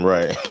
Right